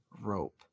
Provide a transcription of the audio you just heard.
rope